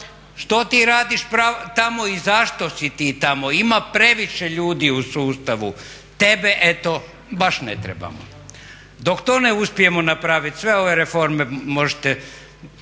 što ti radiš pravo tamo i zašto si ti tamo, ima previše ljudi u sustavu, tebe eto baš ne trebamo. Dok to ne uspijemo napraviti sve ove reforme možete